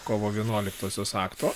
kovo vienuoliktosios akto